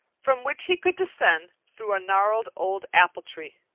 from which he could descend through a gnarled old apple tree.